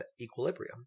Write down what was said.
Equilibrium